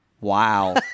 Wow